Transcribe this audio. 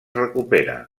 recupera